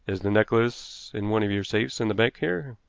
is the necklace in one of your safes in the bank here?